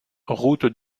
route